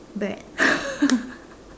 bread